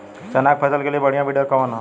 चना के फसल के लिए बढ़ियां विडर कवन ह?